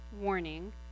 warning